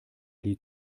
die